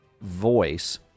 voice